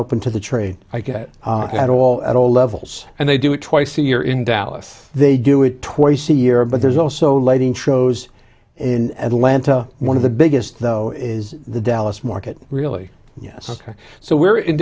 open to the trade i get it all at all levels and they do it twice a year in dallas they do it twice a year but there's also lighting shows and atlanta one of the biggest though is the dallas market really yes so where in